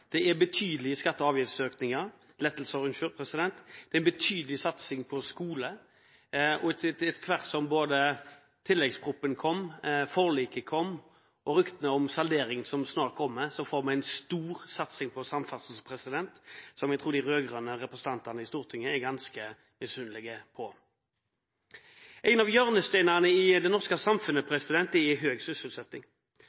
er en betydelig satsing på skole. Og etter hvert som både tilleggsproposisjonen og forliket kom, og med ryktene om salderingen, som snart kommer, får vi en stor satsing på samferdsel, som jeg tror de rød-grønne representantene i Stortinget er ganske misunnelige på. En av hjørnesteinene i det norske samfunnet